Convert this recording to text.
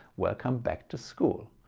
welcome back to school.